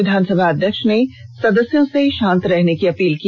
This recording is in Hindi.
विधानसभा अध्यक्ष ने सदस्यों से षांत रहने की अपील की